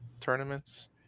tournaments